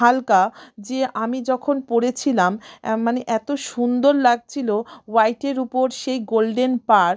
হালকা যে আমি যখন পরেছিলাম মানে এতো সুন্দর লাগছিলো হোয়াইটের উপর সেই গোল্ডেন পাড়